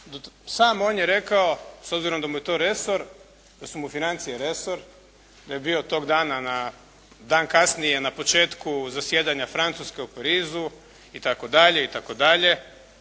sam on je rekao s obzirom da mu je to resor, da su mu financije resor, da je bio tog dana na, dan kasnije na početku zasjedanja Francuske u Parizu itd., itd.